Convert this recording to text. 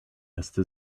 erste